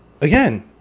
again